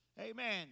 amen